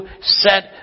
set